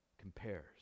compares